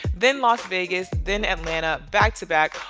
then las vegas, then atlanta, back to back,